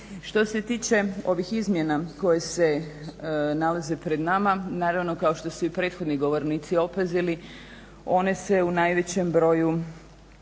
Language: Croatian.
Što se tiče ovih izmjena koje se nalaze pred nama, naravno kao što su i prethodni govornici opazili one se u najvećem broju